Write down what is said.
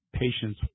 patients